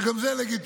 שגם זה לגיטימי,